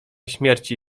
śmierci